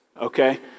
okay